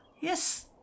Yes